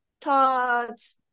thoughts